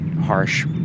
harsh